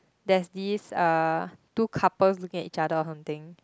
there's this uh two couples looking at each other or something